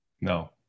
no